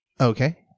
Okay